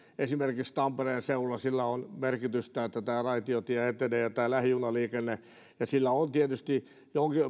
esimerkiksi tampereen seudulla sillä on merkitystä että raitiotie ja lähijunaliikenne etenevät ja sillä on tietysti